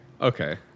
okay